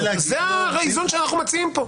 זה האיזון שאנחנו מציעים פה.